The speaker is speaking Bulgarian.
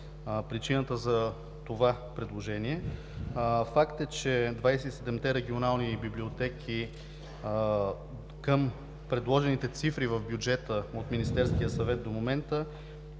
за това предложение. Факт е, че двадесет и седемте регионални библиотеки към предложените цифри в бюджета от Министерския съвет до момента